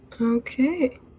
Okay